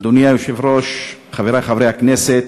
אדוני היושב-ראש, חברי חברי הכנסת,